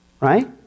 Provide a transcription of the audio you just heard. right